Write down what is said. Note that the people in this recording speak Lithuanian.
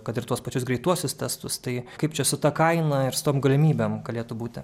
kad ir tuos pačius greituosius testus tai kaip čia su ta kaina ir su tom galimybėm galėtų būti